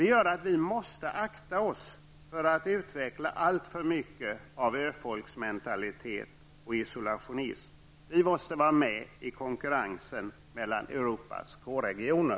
Det gör att vi måste akta oss för att utveckla alltför mycket av öfolksmentalitet och isolationism. Vi måste vara med i konkurrensen mellan Europas K-regioner.